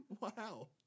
Wow